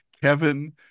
Kevin